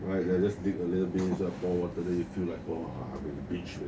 right I just dig a little bit so I pour water then you feel like !wah! I'm at the beach man